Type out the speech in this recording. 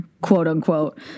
quote-unquote